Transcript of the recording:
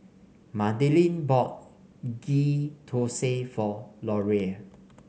Madelyn bought Ghee Thosai for Loria